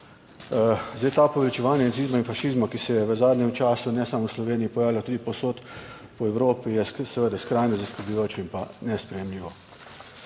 Zdaj to poveličevanje nacizma in fašizma, ki se je v zadnjem času ne samo v Sloveniji, pojavlja tudi povsod po Evropi, je seveda skrajno zaskrbljujoče in nesprejemljivo.